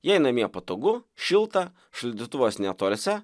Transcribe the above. jei namie patogu šilta šaldytuvas netoliese